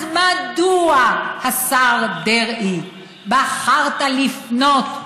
אז מדוע, השר דרעי, בחרת לפנות,